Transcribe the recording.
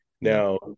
Now